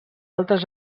altres